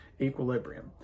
equilibrium